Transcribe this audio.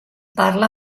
parla